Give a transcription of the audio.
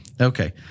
Okay